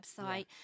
website